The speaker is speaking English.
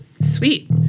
Sweet